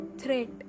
threat